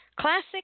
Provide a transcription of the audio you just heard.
Classic